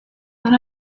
when